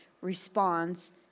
responds